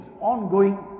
ongoing